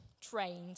trained